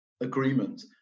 agreement